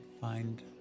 find